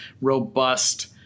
robust